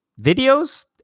videos